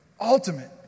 ultimate